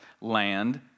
land